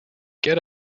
get